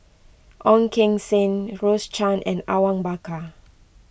Ong Keng Sen Rose Chan and Awang Bakar